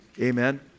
Amen